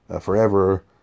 forever